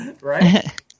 Right